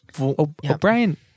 O'Brien